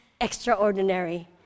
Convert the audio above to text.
extraordinary